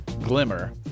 glimmer